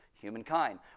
humankind